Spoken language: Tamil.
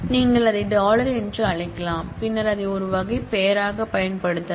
நீங்கள் அதை டாலர் என்று அழைக்கலாம் பின்னர் அதை ஒரு வகை பெயராகப் பயன்படுத்தலாம்